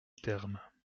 thermes